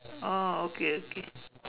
oh okay okay